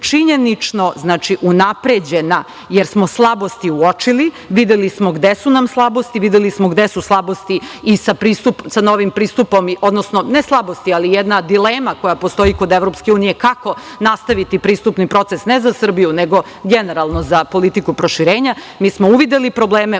činjenično unapređena, jer smo slabosti uočili, videli smo gde su nam slabosti, videli smo gde su slabosti i sa novim pristupom, odnosno ne slabosti ali jedna dilema koja postoji kod EU kako nastaviti pristupni proces, ne za Srbiju nego generalno za politiku proširenja, mi smo uvideli probleme,